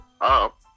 up